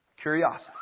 Curiosity